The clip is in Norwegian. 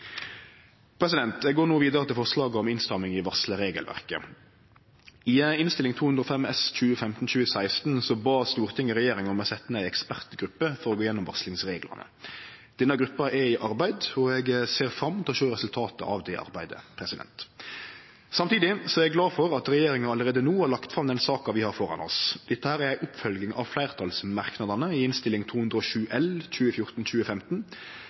Eg går no vidare til forslaga om innstramming i varslarregelverket. I Innst. 205 S for 2015–2016 bad Stortinget regjeringa setje ned ei ekspertgruppe for å gå gjennom varslingsreglane. Denne gruppa er i arbeid, og eg ser fram til å sjå resultatet av det arbeidet. Samtidig er eg glad for at regjeringa allereie no har lagt fram den saka vi har framfor oss. Dette er ei oppfølging av fleirtalsmerknadene i Innst. 207